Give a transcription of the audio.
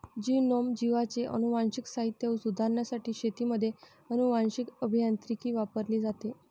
genome, जीवांचे अनुवांशिक साहित्य सुधारण्यासाठी शेतीमध्ये अनुवांशीक अभियांत्रिकी वापरली जाते